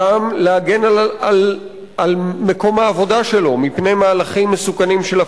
קם להגן על מקום העבודה שלו מפני מהלכים מסוכנים של הפרטה.